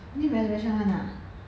need reservation [one] ah